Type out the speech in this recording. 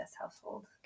household